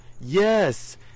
Yes